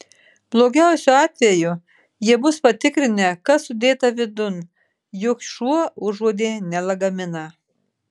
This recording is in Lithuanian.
blogiausiu atveju jie bus patikrinę kas sudėta vidun juk šuo užuodė ne lagaminą